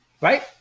right